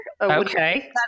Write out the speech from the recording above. okay